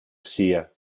sia